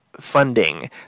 funding